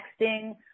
texting